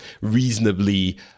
reasonably